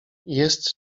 jest